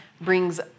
brings